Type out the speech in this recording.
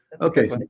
Okay